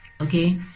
okay